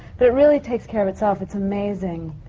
but it really takes care of itself. it's amazing.